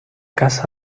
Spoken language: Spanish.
casa